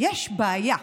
יש בעיה,